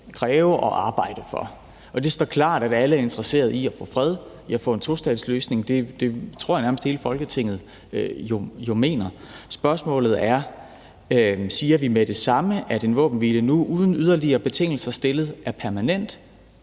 kræve og arbejde for, er. Og det står klart, at alle er interesserede i at få fred, i at få en tostatsløsning – det tror jeg jo nærmest at hele Folketinget mener. Spørgsmålet er, om vi siger med det samme, at en våbenhvile nu uden yderligere betingelser stillet er permanent,